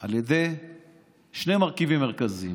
על ידי שני מרכיבים מרכזיים: